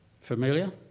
Familiar